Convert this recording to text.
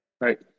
Right